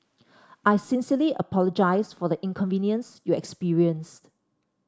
I sincerely apologise for the inconvenience you experienced